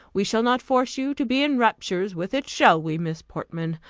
we shall not force you to be in raptures with it shall we, miss portman?